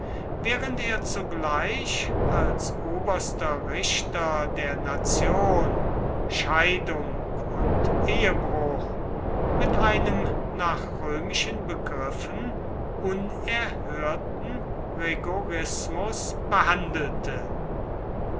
während er zugleich als oberster richter der nation scheidung und ehebruch mit einem nach römischen begriffen unerhörten rigorismus behandelte